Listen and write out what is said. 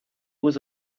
was